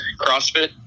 CrossFit